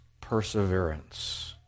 Perseverance